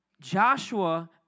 Joshua